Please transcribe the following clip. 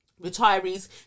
Retirees